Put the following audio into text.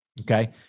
okay